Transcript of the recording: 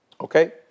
okay